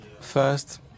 first